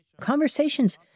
conversations